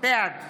בעד